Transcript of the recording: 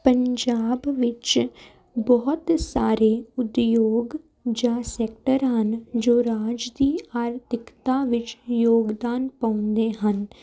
ਪੰਜਾਬ ਵਿੱਚ ਬਹੁਤ ਸਾਰੇ ਉਦਯੋਗ ਜਾਂ ਸੈਕਟਰ ਹਨ ਜੋ ਰਾਜ ਦੀ ਆਰਥਿਕਤਾ ਵਿੱਚ ਯੋਗਦਾਨ ਪਾਉਂਦੇ ਹਨ